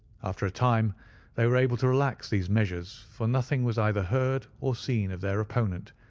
after a time they were able to relax these measures, for nothing was either heard or seen of their opponent,